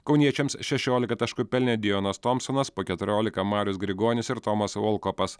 kauniečiams šešiolika taškų pelnė dijonas tomsonas po keturiolika marius grigonis ir tomas volkupas